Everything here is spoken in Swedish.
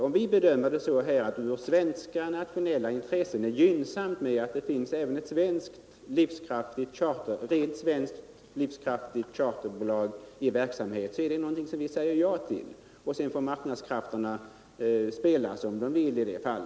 Om vi bedömer det så att det för svenska nationella intressen är gynnsamt att det finns även ett rent svenskt livskraftigt charterbolag i verksamhet, så är det någonting som vi säger ja till, och sedan får marknadskrafterna verka som de vill.